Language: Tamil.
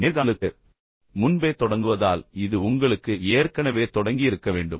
நேர்காணலுக்கு முன்பே தொடங்குவதால் இது உங்களுக்கு ஏற்கனவே தொடங்கியிருக்க வேண்டும்